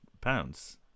pounds